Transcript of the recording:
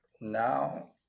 now